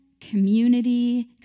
community